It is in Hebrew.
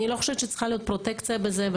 אני לא חושבת שצריכה להיות פרוטקציה בזה.